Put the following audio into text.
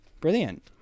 Brilliant